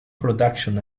production